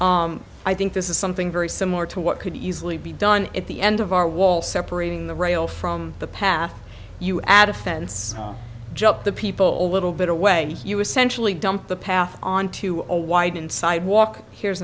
i think this is something very similar to what could easily be done at the end of our wall separating the rail from the path you add a fence jump the people live a bit away you essentially dump the path onto a wide and sidewalk here's